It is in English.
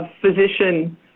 physician